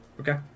Okay